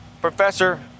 professor